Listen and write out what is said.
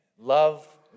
Love